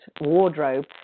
wardrobe